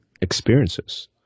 experiences